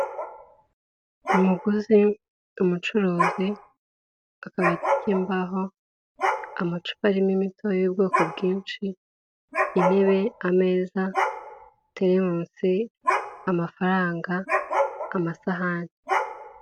Umuguzi, umucuruzi, akabati kimbaho, amacupa arimo imiti y'ubwoko bwinshi, intebe, ameza, teremusi, amafaranga, amasahani.